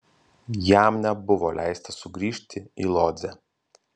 jam nebuvo leista sugrįžti į lodzę